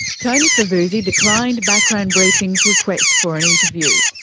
tony favuzzi declined background briefing's request for an interview.